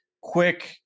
quick